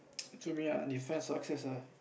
to me ah define success ah